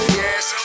yes